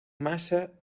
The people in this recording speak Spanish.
masa